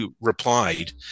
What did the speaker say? replied